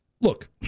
Look